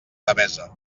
devesa